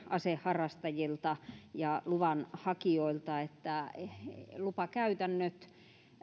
aseharrastajilta ja luvanhakijoilta tulee tätä viestiä että lupakäytännöt